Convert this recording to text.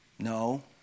No